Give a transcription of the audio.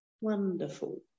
wonderful